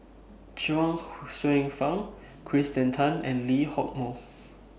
Chuang Hsueh Fang Kirsten Tan and Lee Hock Moh